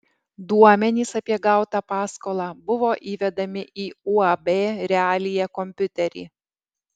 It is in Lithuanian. duomenys apie gautą paskolą buvo įvedami į uab realija kompiuterį